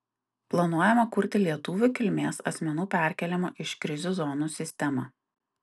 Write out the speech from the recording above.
planuojama kurti lietuvių kilmės asmenų perkėlimo iš krizių zonų sistemą